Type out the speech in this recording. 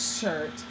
shirt